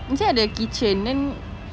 is that the kitchen then